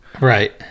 Right